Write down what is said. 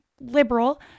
liberal